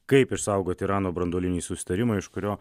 kaip išsaugoti irano branduolinį susitarimą iš kurio